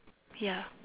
ya